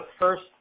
first